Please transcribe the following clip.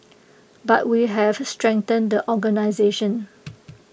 but we have strengthened the organisation